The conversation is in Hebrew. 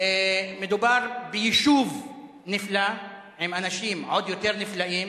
מדובר ביישוב נפלא עם אנשים עוד יותר נפלאים